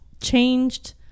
changed